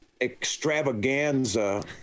extravaganza